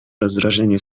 rozdrażnienie